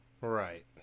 right